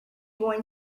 going